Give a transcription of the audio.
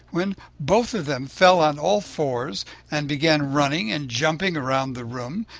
when both of them fell on all fours and began running and jumping around the room.